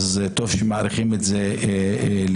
אז שטוב שמאריכים את זה לשנה,